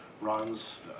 runs